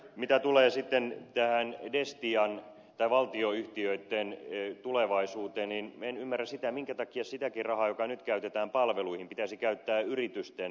mitä tulee sitten tähän destian tai valtioyhtiöitten tulevaisuuteen niin en ymmärrä sitä minkä takia sitäkin rahaa joka nyt käytetään palveluihin pitäisi käyttää yritysten laajentamiseen